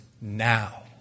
now